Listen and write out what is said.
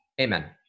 Amen